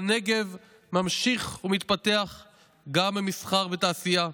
והנגב ממשיך ומתפתח גם במסחר ותעשייה,